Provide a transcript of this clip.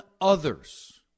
others